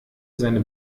seine